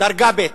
דרגה ב'.